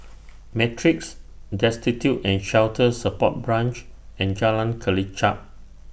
Matrix Destitute and Shelter Support Branch and Jalan Kelichap